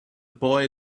boy